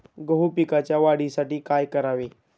गहू पिकाच्या वाढीसाठी काय करावे?